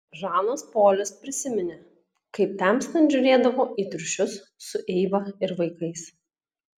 žanas polis prisiminė kaip temstant žiūrėdavo į triušius su eiva ir vaikais